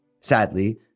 Sadly